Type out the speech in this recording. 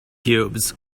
cubes